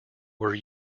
were